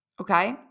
Okay